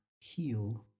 heal